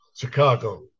Chicago